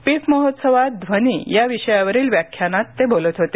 PIFF महोत्सवात ध्वनी या विषयावरील व्याख्यानात ते बोलत होते